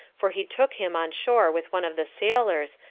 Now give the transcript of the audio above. for he took him on shore with one of the sailors,